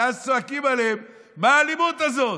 ואז צועקים עליהם: מה האלימות הזאת?